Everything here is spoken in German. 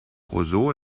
roseau